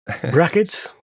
brackets